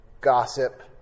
gossip